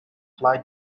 fly